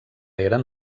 eren